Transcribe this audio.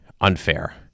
unfair